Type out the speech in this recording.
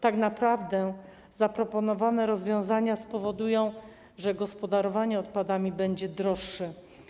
Tak naprawdę zaproponowane rozwiązania spowodują, że gospodarowanie odpadami będzie droższe.